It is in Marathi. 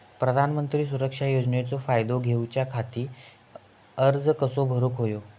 प्रधानमंत्री सुरक्षा योजनेचो फायदो घेऊच्या खाती अर्ज कसो भरुक होयो?